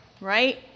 right